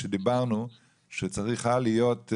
שאמרנו שצריך להיות,